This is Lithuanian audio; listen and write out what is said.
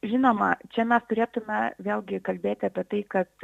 žinoma čia mes turėtume vėlgi kalbėti apie tai kad